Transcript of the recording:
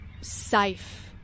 safe